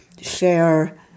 share